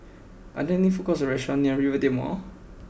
are there any food courts or restaurants near Rivervale Mall